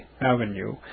Avenue